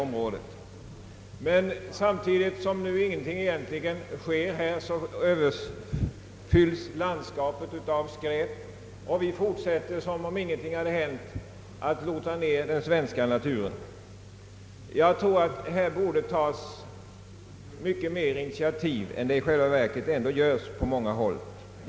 Men samtidigt som ännu ingenting skett härvidlag överfylls landskapet av skräp, och folk fortsätter som om ingenting hänt att lorta ner den svenska naturen. Här borde tas mycket mer initiativ än det i själva verket görs på många håll.